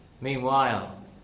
Meanwhile